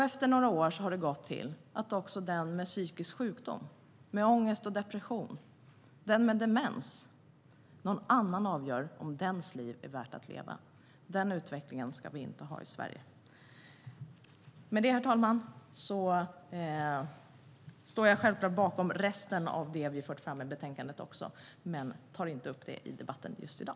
Efter några år har det övergått till att också de med psykisk sjukdom - ångest och depression - eller demens får någon annan som avgör om deras liv är värt att leva. Den utvecklingen ska vi inte ha i Sverige. Herr talman! Jag står självfallet bakom resten av det vi har fört fram i betänkandet, men jag tar inte upp det i debatten just i dag.